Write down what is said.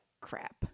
crap